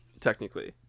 Technically